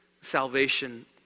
salvation